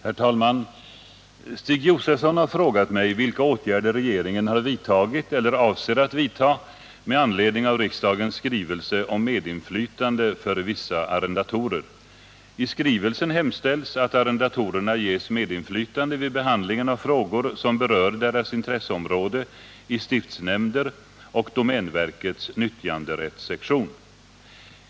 Herr talman! Stig Josefson har frågat mig vilka åtgärder regeringen har vidtagit eller avser att vidtaga med anledning av riksdagens skrivelse 1976/ 77:359 om medinflytande för vissa arrendatorer. I skrivelsen hemställs, att arrendatorerna ges medinflytande vid behandlingen av frågor som berör deras intresseområde i stiftsnämnder och domänverkets nyttjanderättssektion.